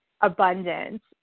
abundance